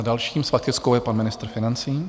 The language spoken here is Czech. Dalším s faktickou je pan ministr financí.